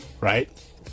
right